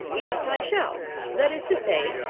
yes, i shall that is to say,